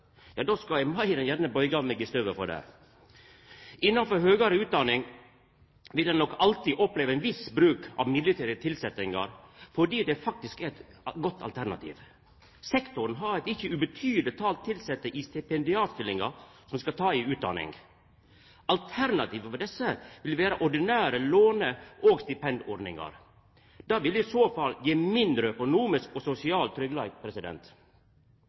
ja då skal eg meir enn gjerne bøya meg i støvet for det. Innanfor høgare utdanning vil ein nok alltid oppleve ein viss bruk av midlertidige tilsetjingar fordi det faktisk er eit godt alternativ. Sektoren har eit ikkje ubetydeleg tal tilsette i stipendiatstillingar som skal ta ei utdanning. Alternativet for desse vil vera ordinære låne- og stipendordningar. Det vil i så fall gje mindre økonomisk og sosial tryggleik.